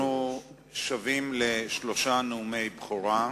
אנחנו שבים לשלושה נאומי בכורה.